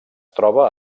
troba